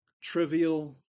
trivial